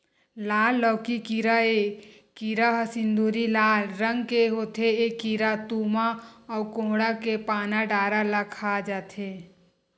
लाल लौकी कीरा ए कीरा ह सिंदूरी लाल रंग के होथे ए कीरा तुमा अउ कोड़हा के पाना डारा ल खा जथे